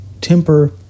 temper